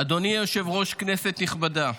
אדוני היושב-ראש, כנסת נכבדה,